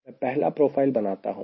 मैं पहला प्रोफाइल बनाता हूं